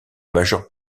majeure